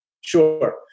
sure